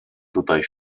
tutaj